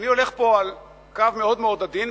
אני הולך פה על קו מאוד מאוד עדין,